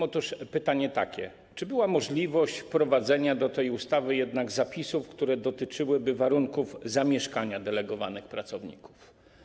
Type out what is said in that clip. Otóż mam takie pytanie: Czy była możliwość wprowadzenia do tej ustawy jednak zapisów, które dotyczyłyby warunków zamieszkania delegowanych pracowników?